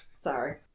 sorry